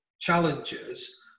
challenges